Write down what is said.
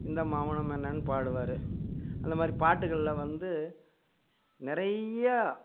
இந்த மௌனம் என்னன்னு பாடுவார் அந்த மாதிரிப் பாட்டுகளில் வந்து நிறையா